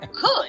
good